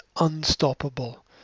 unstoppable